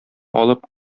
алып